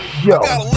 Yo